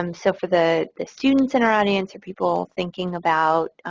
um so for the the students in our audience, for people thinking about